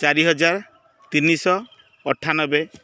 ଚାରି ହଜାର ତିନିଶହ ଅଠାନବେ